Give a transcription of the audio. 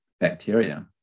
bacteria